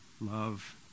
Love